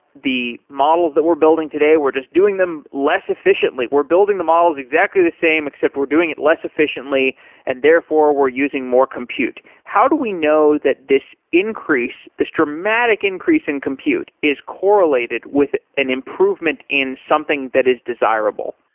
the models that we're building today, we're just doing them less efficiently. we're building the models exactly the same, except we're doing it less efficiently and therefore, we're using more compute. how do we know that this increase, this dramatic increase in compute is correlated with an improved in something that is desirable?